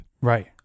Right